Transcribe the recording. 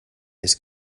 his